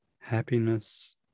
happiness